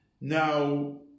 Now